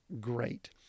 great